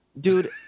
dude